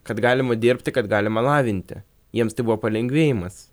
kad galima dirbti kad galima lavinti jiems tai buvo palengvėjimas